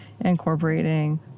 incorporating